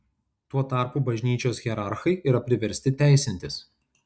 tuo tarpu bažnyčios hierarchai yra priversti teisintis